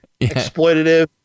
exploitative